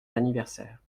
d’anniversaire